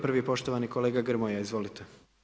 Prvi je poštovani kolega Grmoja, izvolite.